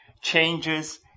Changes